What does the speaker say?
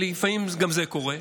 שלפעמים גם זה קורה,